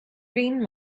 green